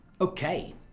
Okay